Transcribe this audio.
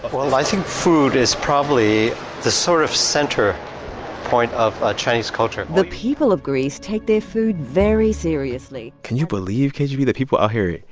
well, i think food is probably the sort of center point of ah chinese culture the people of greece take their food very seriously can you believe, k g b, that people are out here